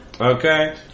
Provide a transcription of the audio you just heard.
Okay